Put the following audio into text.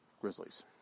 Grizzlies